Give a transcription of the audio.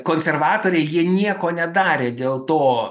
konservatoriai jie nieko nedarė dėl to